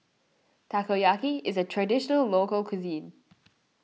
Takoyaki is a Traditional Local Cuisine